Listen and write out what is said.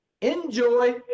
Enjoy